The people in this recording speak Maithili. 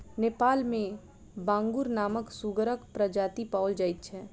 नेपाल मे बांगुर नामक सुगरक प्रजाति पाओल जाइत छै